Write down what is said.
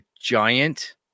giant